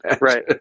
Right